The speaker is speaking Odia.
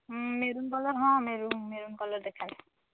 ହଁ ମେରୁନ୍ କଲର୍ ହଁ ମେରୁନ୍ ମେରୁନ୍ କଲର୍ ଦେଖାନ୍ତୁ